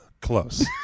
Close